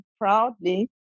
proudly